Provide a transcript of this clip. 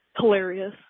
hilarious